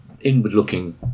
inward-looking